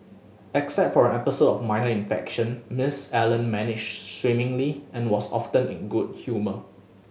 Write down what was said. except for an episode of minor infection Miss Allen managed swimmingly and was often in good humour